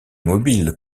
mobile